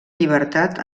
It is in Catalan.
llibertat